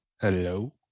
Hello